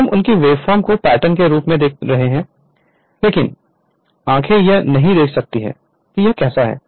तोहम उनकी वेवफॉर्म को पैटर्न के रूप में देख रहे थे लेकिन आँखें यह नहीं देख सकती हैं कि यह कैसा है